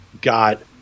got